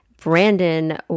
Brandon